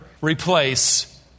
replace